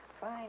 Fine